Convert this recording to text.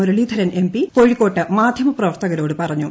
Muraleedharan M P കോഴിക്കോട്ട് മാധ്യമ പ്രവർത്തകരോട് പറഞ്ഞു